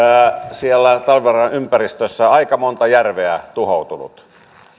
siellä talvivaaran ympäristössä aika monta järveä tuhoutunut